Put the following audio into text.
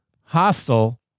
hostile